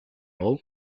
all